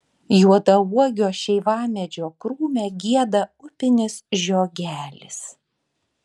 juodauogio šeivamedžio krūme gieda upinis žiogelis